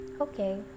Okay